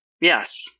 Yes